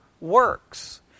works